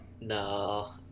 No